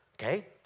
Okay